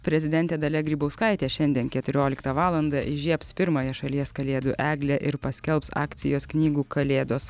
prezidentė dalia grybauskaitė šiandien keturioliktą valandą įžiebs pirmąją šalies kalėdų eglę ir paskelbs akcijos knygų kalėdos